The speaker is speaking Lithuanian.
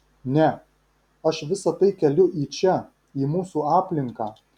ne aš visa tai keliu į čia į mūsų aplinką